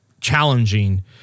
challenging